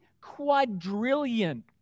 quadrillion